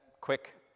quick